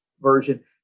version